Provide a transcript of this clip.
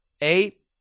Eight